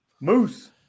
Moose